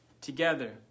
together